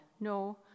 No